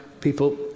people